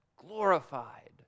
glorified